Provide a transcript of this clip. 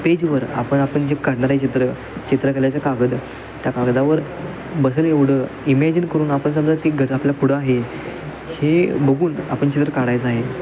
पेजवर आपण आपण जे काढणार आहे चित्र चित्रकलेचा कागद त्या कागदावर बसेल एवढं इमॅजिन करून आपण समजा ती घर आपला पुढं आहे हे बघून आपण चित्र काढायचं आहे